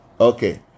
Okay